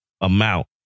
amount